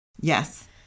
Yes